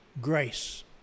grace